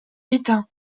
éteint